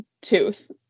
tooth